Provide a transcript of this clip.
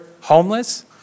homeless